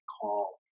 call